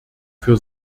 für